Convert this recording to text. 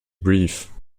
brief